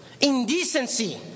Indecency